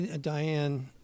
Diane